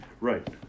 Right